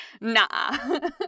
Nah